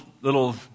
little